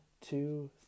two